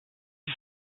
ist